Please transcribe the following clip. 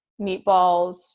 meatballs